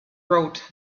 wrote